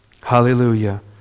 Hallelujah